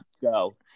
go